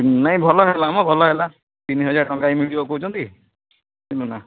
ନାହିଁ ଭଲ ହେଲା ମ ଭଲ ହେଲା ତିନି ହଜାର ଟଙ୍କା ବି ମିଳିବ କହୁଛନ୍ତି ନାଁ